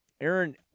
Aaron